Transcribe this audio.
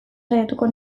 saiatuko